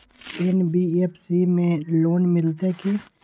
NBFC में loan मिलते की?